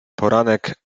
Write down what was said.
poranek